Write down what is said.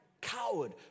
coward